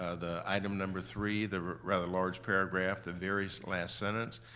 ah the item number three, the rather large paragraph, the very last sentence.